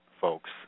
folks